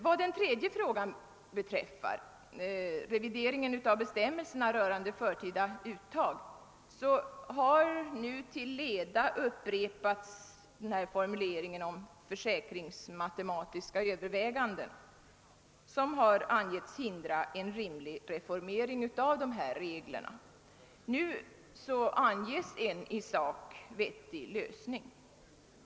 Vad beträffar den tredje frågan, revideringen av bestämmelserna rörande förtida uttag, har man till leda upprepat formuleringen om försäkringsmatematiska överväganden som har angivits hindra en rimlig reformering av reglerna. Nu anges en i sak vettig lösning.